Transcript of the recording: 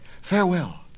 Farewell